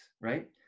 right